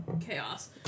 Chaos